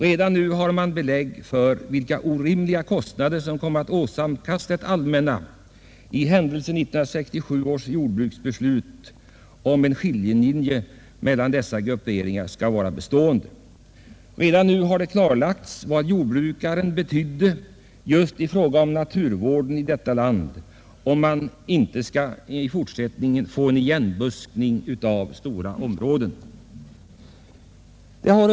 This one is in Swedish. Redan nu finns det belägg för vilka orimliga kostnader som kommer att åsamkas det allmänna i händelse 1967 års jordbruksbeslut om en skiljelinje mellan dessa grupperingar skall vara bestående. Det har också klarlagts vad jordbrukaren betyder just i fråga om naturvården i vårt land. Om vi inte i fortsättningen skall få en igenbuskning av stora områden, måste som sagt jordbruksoch naturvårdspolitik sammanföras.